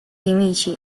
nemici